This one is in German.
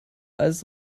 als